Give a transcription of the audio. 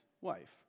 wife